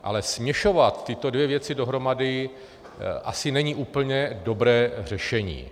Ale směřovat tyto dvě věci dohromady asi není úplně dobré řešení.